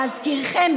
להזכירכם,